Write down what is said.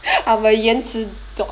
I'm a 言辞 dog